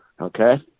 okay